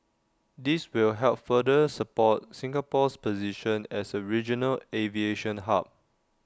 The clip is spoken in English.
this will help further support Singapore's position as A regional aviation hub